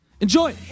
Enjoy